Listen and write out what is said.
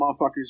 motherfuckers